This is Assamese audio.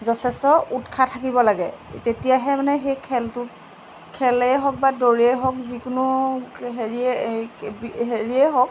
যথেষ্ট উৎসাহ থাকিব লাগে তেতিয়াহে মানে সেই খেলটোত খেলেই হওক বা দৌৰেই হওক যিকোনো হেৰিয়েই এই কি হেৰিয়েই হওক